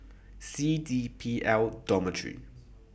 C D P L Dormitory